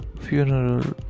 funeral